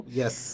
yes